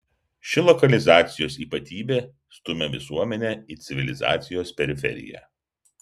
ši lokalizacijos ypatybė stumia visuomenę į civilizacijos periferiją